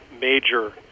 major